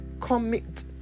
commit